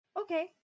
Okay